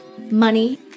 money